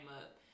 up